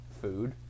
food